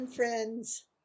Friends